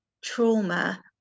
trauma